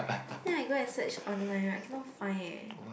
then I go and search online I cannot find eh